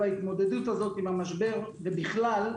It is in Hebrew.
ההתמודדות הזאת עם המשבר ובכלל,